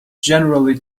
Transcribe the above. generally